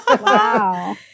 Wow